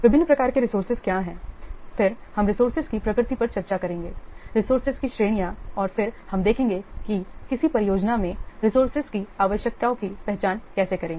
विभिन्न प्रकार के रिसोर्सेज क्या हैं फिर हम रिसोर्सेज की प्रकृति पर चर्चा करेंगे रिसोर्सेज की श्रेणियां और फिर हम देखेंगे कि किसी परियोजना में रिसोर्सेज की आवश्यकताओं की पहचान कैसे करें